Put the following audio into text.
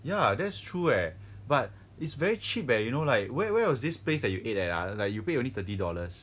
ya that's true eh but it's very cheap leh you know like where where was this place that you ate at ah like you pay only thirty dollars